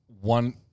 one